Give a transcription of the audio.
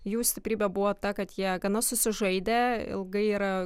jų stiprybė buvo ta kad jie gana susižaidę ilgai yra